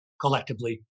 collectively